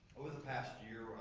over the past year,